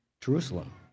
Jerusalem